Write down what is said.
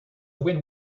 win